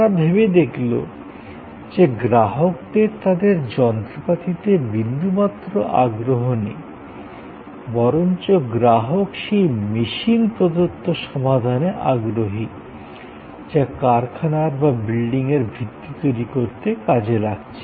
তারা ভেবে দেখলো যে গ্রাহকদের তাদের যন্ত্রপাতিতে বিন্দুমাত্র আগ্রহ নেই বরঞ্চ গ্রাহক সেই মেশিন প্রদত্ত সমাধানে আগ্রহী যা কারখানার বা বিল্ডিংয়ের ভিত্তি তৈরি করতে কাজে লাগছে